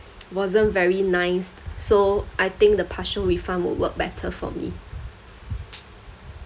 wasn't very nice so I think the partial refund will work better for me